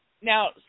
Now